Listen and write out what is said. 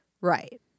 Right